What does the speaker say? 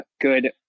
good